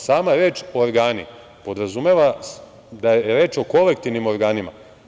Sama reč organi podrazumeva da je reč o kolektivnim organima.